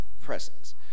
presence